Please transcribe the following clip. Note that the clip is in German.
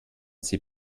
sie